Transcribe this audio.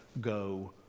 go